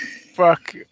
Fuck